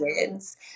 kids